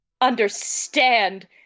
understand